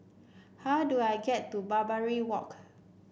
how do I get to Barbary Walk